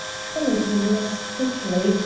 followed him less quickly,